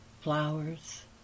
flowers